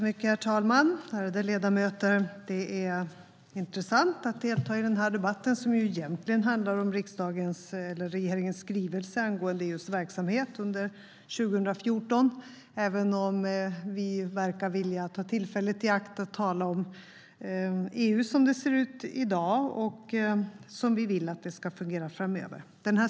Herr talman! Ärade ledamöter! Det är intressant att delta i den här debatten, som egentligen handlar om regeringens skrivelse angående EU:s verksamhet under 2014, även om vi verkar ta tillfället i akt att tala om EU som det ser ut i dag och som vi vill att det ska fungera framöver.